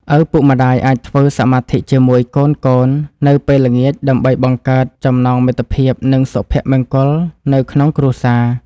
ឪពុកម្តាយអាចធ្វើសមាធិជាមួយកូនៗនៅពេលល្ងាចដើម្បីបង្កើតចំណងមិត្តភាព និង សុភមង្គលនៅក្នុងគ្រួសារ។